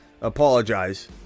apologize